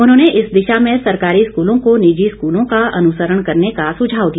उन्होंने इस दिशा में सरकारी स्कूलों को निजी स्कूलों का अनुसरण करने का सुझाव दिया